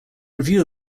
review